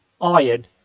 Iron